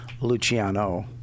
Luciano